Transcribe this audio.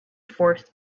forced